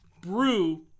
brew